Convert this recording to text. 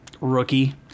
Rookie